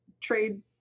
trade